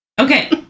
Okay